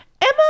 Emma